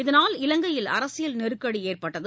இதனால் இலங்கையில் அரசியல் நெருக்கடி ஏற்பட்டது